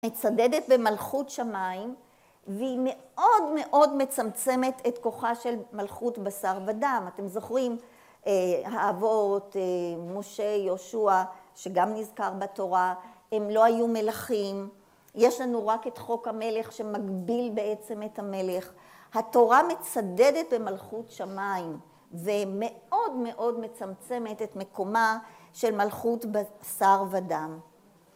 מצדדת במלכות שמיים והיא מאוד מאוד מצמצמת את כוחה של מלכות בשר ודם. אתם זוכרים, האבות, משה, יהושע, שגם נזכר בתורה, הם לא היו מלכים. יש לנו רק את חוק המלך שמגביל בעצם את המלך. התורה מצדדת במלכות שמיים ומאוד מאוד מצמצמת את מקומה של מלכות בשר ודם.